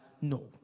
No